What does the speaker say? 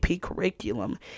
curriculum